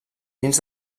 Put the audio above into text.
dins